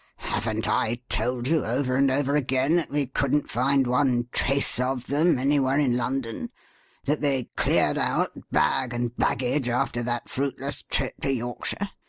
haven't i told you over and over again that we couldn't find one trace of them anywhere in london that they cleared out bag and baggage after that fruitless trip to yorkshire?